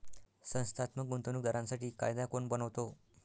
संस्थात्मक गुंतवणूक दारांसाठी कायदा कोण बनवतो?